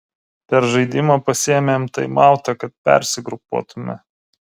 per žaidimą pasiėmėm taimautą kad persigrupuotume